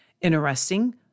Interesting